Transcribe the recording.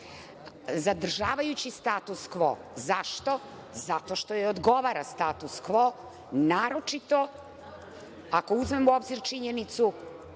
zadržavajući status kvo. Zašto? Zato što joj odgovara status kvo, a naročito ako uzmemo u obzir činjenicu